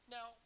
Now